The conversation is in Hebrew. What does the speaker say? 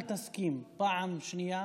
אל תסכים פעם שנייה